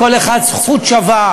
לכל אחת זכות שווה,